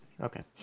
Okay